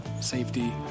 safety